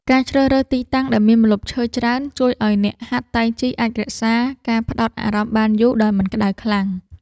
ការជ្រើសរើសទីតាំងដែលមានម្លប់ឈើច្រើន ជួយឱ្យអ្នកហាត់តៃជីអាចរក្សាការផ្ដោតអារម្មណ៍បានយូរដោយមិនក្ដៅខ្លាំង។